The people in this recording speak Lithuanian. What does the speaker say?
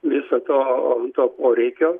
viso to poreikio